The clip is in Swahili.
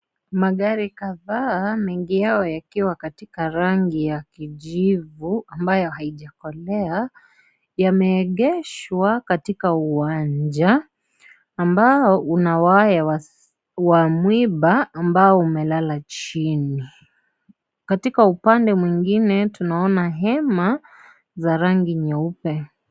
Magari kadhaa mengi yao yakiwa katika rangi ya kijivu, ambayo haijakolea. Yameegeshwa katika uwanja ambao una waya wa mwiba, ambao umelala chini. Katika upande mwingine, tunaona hema za rangi nyeupe.